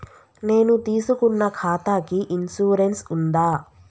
నేను తీసుకున్న ఖాతాకి ఇన్సూరెన్స్ ఉందా?